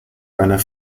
einer